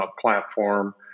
platform